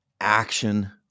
action